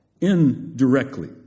indirectly